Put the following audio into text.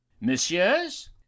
messieurs